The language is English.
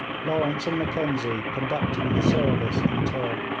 lawrence and mackenzie conducting the service in turn.